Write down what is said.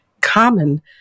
common